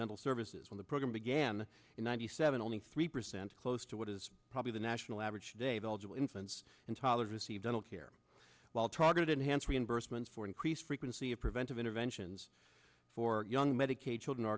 dental services when the program began in ninety seven only three percent close to what is probably the national average day of eligible infants and toddlers receive dental care while target enhanced reimbursements for increased frequency of preventive interventions for young medicaid children are